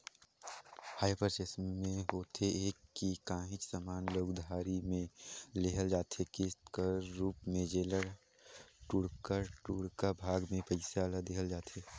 hire purchase में होथे ए कि काहींच समान ल उधारी में लेहल जाथे किस्त कर रूप में जेला टुड़का टुड़का भाग में पइसा ल देहल जाथे